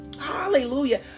Hallelujah